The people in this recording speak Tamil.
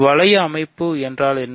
வளைய அமைப்பு என்றால் என்ன